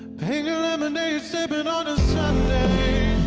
pink lemonade sippin' on a sunday